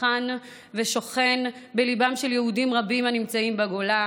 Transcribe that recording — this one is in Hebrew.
שכן ושוכן בליבם של יהודים רבים הנמצאים בגולה,